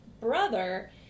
brother